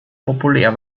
populär